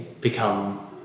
become